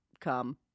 come